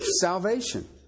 Salvation